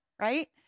right